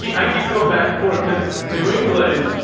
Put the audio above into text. keep, i keep going back and forth because new england,